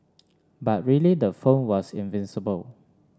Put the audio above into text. but really the phone was invincible